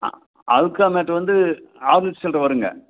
அதற்கானது வந்து ஆர்நூற்றி சில்லர வருங்க